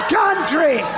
country